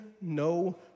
no